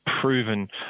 proven